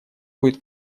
будет